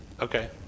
Okay